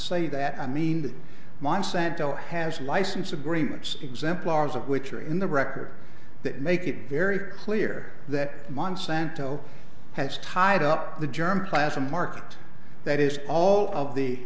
say that i mean that monsanto has license agreements exemplars of which are in the record that make it very clear that monsanto has tied up the germ plasm market that is all of